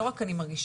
לא רק אני מרגישה,